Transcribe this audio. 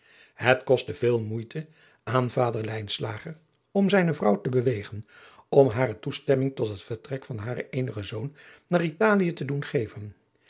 het kostte veel moeite aan vader lijnslager om zijne vrouw te bewegen om hare toestemming tot het vertrek van haren eenigen zoon naar italië te doen geven